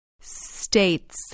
States